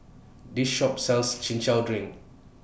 This Shop sells Chin Chow Drink